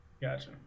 gotcha